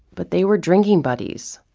but they were drinking buddies.